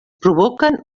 provoquen